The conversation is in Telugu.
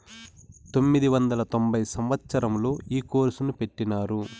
పంతొమ్మిది వందల తొంభై సంవచ్చరంలో ఈ కోర్సును పెట్టినారు